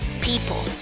people